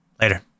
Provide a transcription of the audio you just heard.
Later